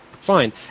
Fine